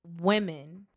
women